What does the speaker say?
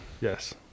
yes